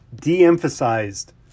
de-emphasized